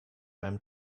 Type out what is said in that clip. einem